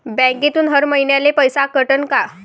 बँकेतून हर महिन्याले पैसा कटन का?